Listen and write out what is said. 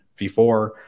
V4